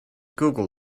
google